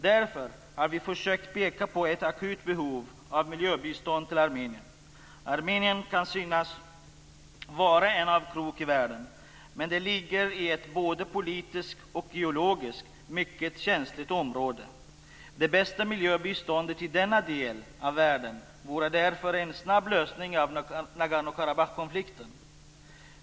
Därför har vi försökt peka på ett akut behov av miljöbistånd till Armenien. Armenien kan synas vara en avkrok i världen, men det ligger i ett både politiskt och geologiskt mycket känsligt område. Det bästa miljöbiståndet i denna del av världen vore därför en snabb lösning av Nagorno-Karabachkonflikten.